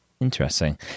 Interesting